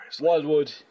Wildwood